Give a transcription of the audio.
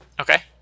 Okay